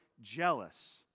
jealous